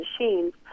machines